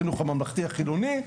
החינוך הממלכתי-החילוני,